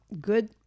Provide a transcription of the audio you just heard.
good